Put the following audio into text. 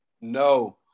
No